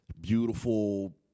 beautiful